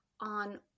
on